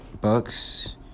Bucks